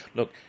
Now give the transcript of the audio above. Look